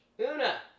Una